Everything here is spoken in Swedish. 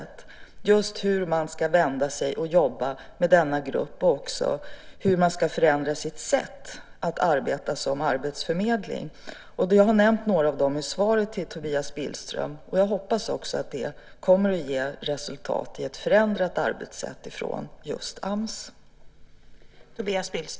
Det handlar just om hur man ska vända sig till och jobba med denna grupp och hur man ska förändra sitt sätt att arbeta som arbetsförmedling. Jag har nämnt några av de sakerna i svaret till Tobias Billström. Jag hoppas också att det kommer att ge resultat i ett förändrat arbetssätt från AMS.